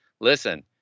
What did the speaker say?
listen